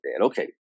Okay